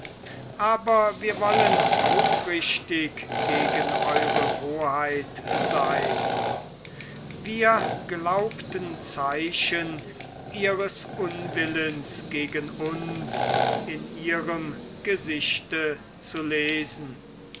aber wir wollen aufrichtig gegen ew hoheit sein wir glaubten zeichen ihres unwillens gegen uns in ihrem gesichte zu lesen